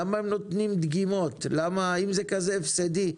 למה הם נותנים דגימות אם זה כזה הפסדי?